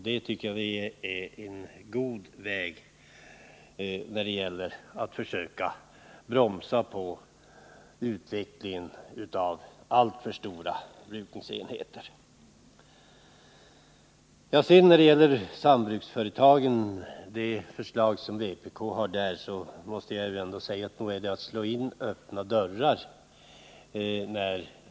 Jag tycker att vi redan är på god väg att bromsa utvecklingen av alltför stora brukningsenheter. Vänsterpartiet kommunisterna har också väckt en motion om främjande av sambruksföretag inom jordbruket. Det är, tycker jag, att slå in öppna dörrar.